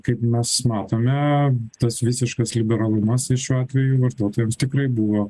kaip mes matome tas visiškas liberalumas jis šiuo atveju vartotojams tikrai buvo